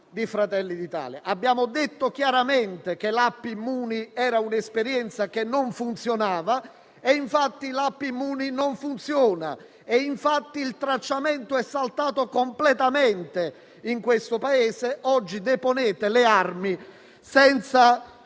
Abbiamo detto chiaramente che la *app* Immuni era un'esperienza che non funzionava e infatti l'*app* Immuni non funziona: il tracciamento è saltato completamente in questo Paese. Oggi deponete le armi senza